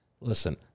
Listen